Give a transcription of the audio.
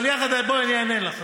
אבל בואי, אני אענה לך.